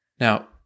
Now